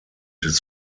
his